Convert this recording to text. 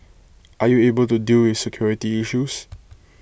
are you able to deal with security issues